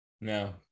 No